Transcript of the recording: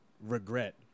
regret